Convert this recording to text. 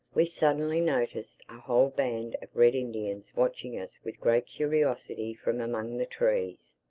we suddenly noticed a whole band of red indians watching us with great curiosity from among the trees.